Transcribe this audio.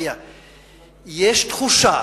יש תחושה,